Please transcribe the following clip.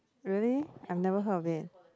really I never heard of it